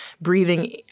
breathing